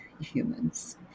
humans